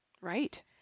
Right